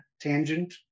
tangent